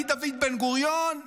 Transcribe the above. דוד בן-גוריון,